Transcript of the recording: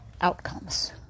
outcomes